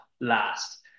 last